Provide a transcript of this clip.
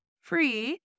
free